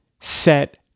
Set